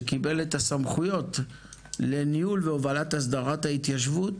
שקיבל את הסמכויות לניהול ולהובלת הסדרת ההתיישבות,